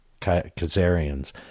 Kazarians